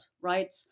right